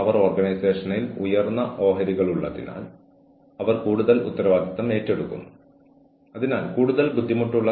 നമ്മൾ നടപടികൾ സ്വീകരിക്കുകയാണെങ്കിൽ ഈ സാഹചര്യങ്ങളെ നേരിടാൻ അത് ആവശ്യമാണ്